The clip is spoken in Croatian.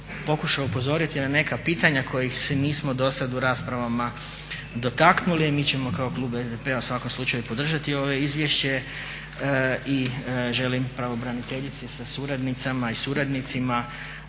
pokušao upozoriti na neka pitanja kojih se nismo dosad u raspravama dotaknuli, a mi ćemo kao klub SDP-a u svakom slučaju podržati ovo izvješće i želim pravobraniteljici sa suradnicama i suradnicima